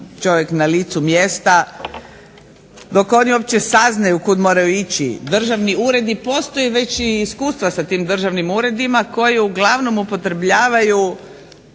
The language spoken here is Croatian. na licu mjesta. Dok uopće oni saznaju kuda moraju ići državni uredi postoj i već iskustva sa tim državnim uredima koji uglavnom upotrebljavaju